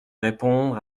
répondre